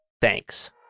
Thanks